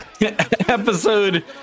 Episode